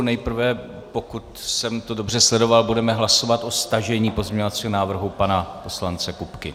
Nejprve, pokud jsem to dobře sledoval, budeme hlasovat o stažení pozměňovacího návrhu pana poslance Kupky.